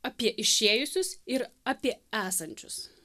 apie išėjusius ir apie esančius